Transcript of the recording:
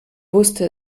wusste